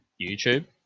YouTube